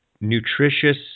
nutritious